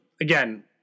again